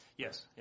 Yes